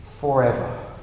forever